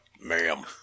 Ma'am